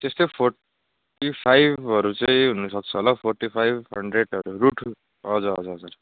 त्यस्तै फोर्टी फाइभहरू चाहिँ हुनसक्छ होला हौ फोर्टी फाइभ हान्ड्रेडहरू रुट हजुर हजुर हजुर